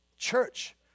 church